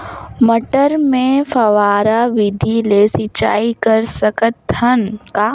मटर मे फव्वारा विधि ले सिंचाई कर सकत हन का?